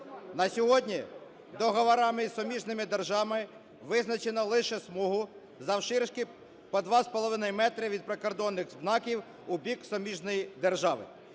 На сьогодні договорами із суміжними державами визначено лише смугу завширшки по два з половиною метри від прикордонних знаків у бік суміжної держави.